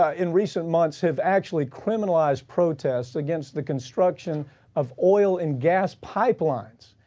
ah in recent months have actually criminalized protests against the construction of oil and gas pipelines.